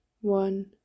one